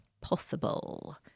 possible